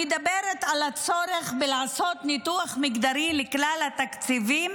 המדברת על הצורך בלעשות ניתוח מגדרי לכלל התקציבים